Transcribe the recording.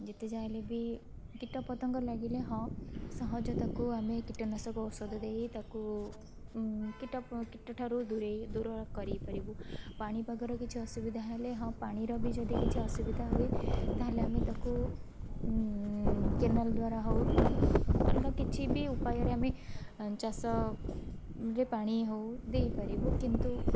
ଯେତେଯାହା ହେଲେ ବି କୀଟପତଙ୍ଗ ଲାଗିଲେ ହଁ ସହଜ ତାକୁ ଆମେ କୀଟନାଶକ ଔଷଧ ଦେଇ ତାକୁ କୀଟ କୀଟ ଠାରୁ ଦୂରେଇ ଦୂର କରିପାରିବୁ ପାଣିପାଗର କିଛି ଅସୁବିଧା ହେଲେ ହଁ ପାଣିର ବି ଯଦି କିଛି ଅସୁବିଧା ହୁଏ ତାହେଲେ ଆମେ ତାକୁ କେନାଲ୍ ଦ୍ୱାରା ହଉ ଅଲଗା କିଛି ବି ଉପାୟରେ ଆମେ ଏ ଚାଷରେ ଯେ ପାଣି ହେଉ ଦେଇପାରିବୁ କିନ୍ତୁ